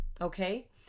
okay